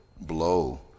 blow